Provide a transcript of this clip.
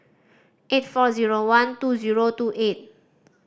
eight four zero one two zero two eight